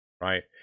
Right